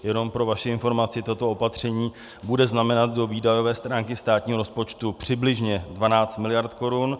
Jenom pro vaši informaci, toto opatření bude znamenat do výdajové stránky státního rozpočtu přibližně 12 mld. korun.